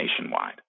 nationwide